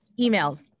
emails